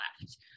left